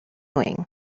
doing